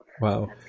Wow